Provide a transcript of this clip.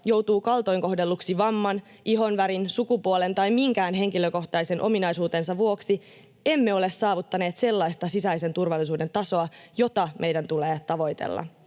joutuu kaltoin kohdelluksi vamman, ihonvärin, sukupuolen tai minkään henkilökohtaisen ominaisuutensa vuoksi, emme ole saavuttaneet sellaista sisäisen turvallisuuden tasoa, jota meidän tulee tavoitella.